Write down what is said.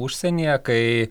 užsienyje kai